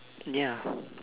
ya